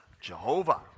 Jehovah